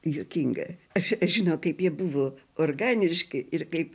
juokinga aš žinau kaip jie buvo organiški ir kaip